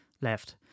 left